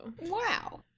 Wow